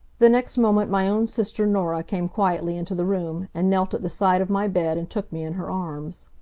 the next moment my own sister norah came quietly into the room, and knelt at the side of my bed and took me in her arms.